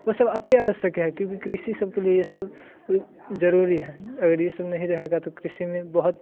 वह सब अतिआवश्यक है क्योंकि कृषि सब के लिए यह सब ज़रूरी है अगर यह सब नहीं रहेगा तो कृषि में बहुत